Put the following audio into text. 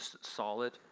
solid